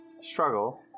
struggle